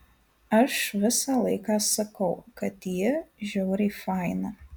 aš visą laiką sakau kad ji žiauriai faina